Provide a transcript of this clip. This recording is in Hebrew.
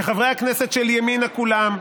וחברי הכנסת שלי ימינה כולם,